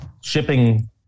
shipping